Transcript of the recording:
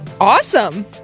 Awesome